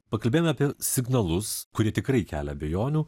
pakalbėjom apie signalus kurie tikrai kelia abejonių